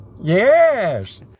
Yes